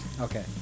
Okay